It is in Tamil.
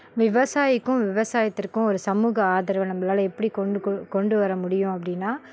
விவசாயிக்கும் விவசாயத்திற்கும் ஒரு சமூக ஆதரவை நம்மளால் எப்படி கொண்டு கொண்டு வர முடியும் அப்படீன்னா